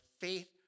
faith